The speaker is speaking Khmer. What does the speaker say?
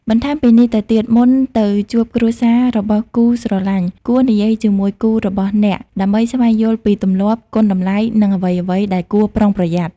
បន្តែមពីនេះទៅទៀត មុនទៅជួបគ្រួសាររបស់គូស្រលាញ់ គួរនិយាយជាមួយគូរបស់អ្នកដើម្បីស្វែងយល់ពីទំលាប់ គុណតម្លៃ និងអ្វីៗដែលគួរប្រុងប្រយ័ត្ន។